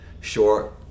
short